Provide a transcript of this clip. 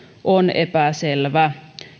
on epäselvä